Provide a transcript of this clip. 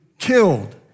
killed